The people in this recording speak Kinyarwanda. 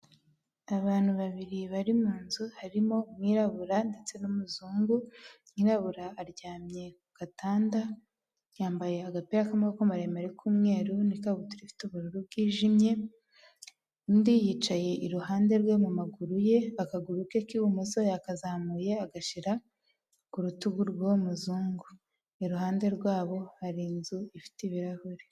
Abantu babiri bari mu nzu harimo umwirabura ndetse n'umuzungu, umwirabura aryamye ku gatanda, yambaye agapira k'amaboko maremare k'umweru n'ikabutura ifite ubururu bwijimye, undi yicaye iruhande rwe mu maguru ye, akaguru ke k'ibumoso yakazamuye agashyira ku rutugu rw'uwo muzungu. Iruhande rwabo hari inzu ifite ibirahure.